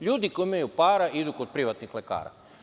LJudi koji imaju para idu kod privatnih lekara.